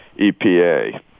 EPA